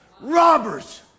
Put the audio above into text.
robbers